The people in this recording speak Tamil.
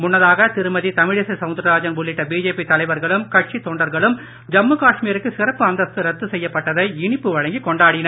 முன்னதாக திருமதி தமிழிசை சவுந்தரராஜன் உள்ளிட்ட பிஜேபி தலைவர்களும் கட்சி தொண்டர்களும் ஜம்மு காஷ்மீருக்கு சிறப்பு அந்தஸ்து ரத்து செய்யப்பட்டதை இனிப்பு வழங்கி கொண்டாடினர்